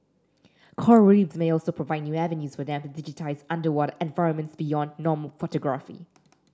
coral reefs may also provide new avenues for them to digitise underwater environments beyond normal photography